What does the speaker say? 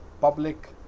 public